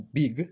big